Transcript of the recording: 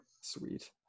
Sweet